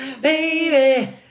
Baby